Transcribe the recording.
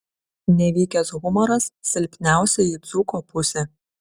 nevykęs humoras silpniausioji dzūko pusė